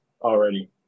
already